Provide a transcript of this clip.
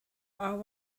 are